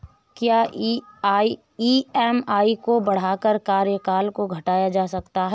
क्या ई.एम.आई को बढ़ाकर कार्यकाल को घटाया जा सकता है?